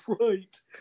Right